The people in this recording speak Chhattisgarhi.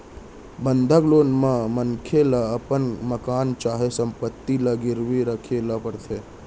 बंधक लोन म मनखे ल अपन मकान चाहे संपत्ति ल गिरवी राखे ल परथे